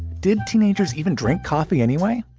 did teenagers even drink coffee anyway?